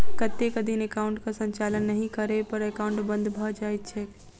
कतेक दिन एकाउंटक संचालन नहि करै पर एकाउन्ट बन्द भऽ जाइत छैक?